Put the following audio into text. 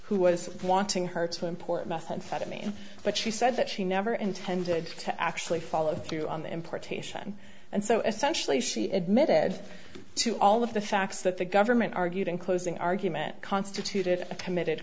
who was wanting her to import methamphetamine but she said that she never intended to actually follow through on the importation and so essentially she admitted to all of the facts that the government argued in closing argument constituted a committed